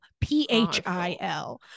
P-H-I-L